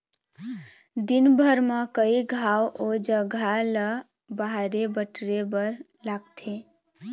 दिनभर म कइ घांव ओ जघा ल बाहरे बटरे बर लागथे